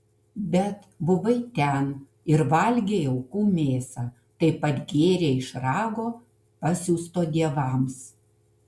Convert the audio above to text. bet buvai ten ir valgei aukų mėsą taip pat gėrei iš rago pasiųsto dievams